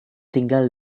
tinggal